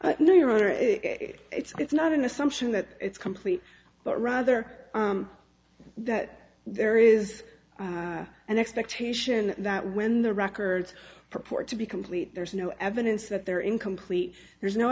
it's not an assumption that it's complete but rather that there is an expectation that when the records purport to be complete there's no evidence that they're incomplete there's no